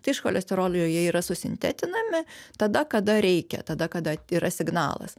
tai iš cholesterolio jie yra susintetinami tada kada reikia tada kada yra signalas